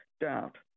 doubt